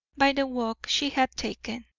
by the walk she had taken.